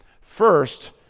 First